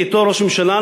בהיותו ראש ממשלה,